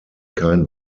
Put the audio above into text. kein